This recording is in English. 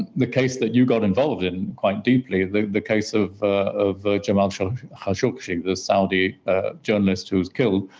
the case that you got involved in quite deeply, the the case of of jamal so khashoggi, the saudi journalist who was killed,